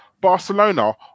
Barcelona